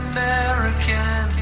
American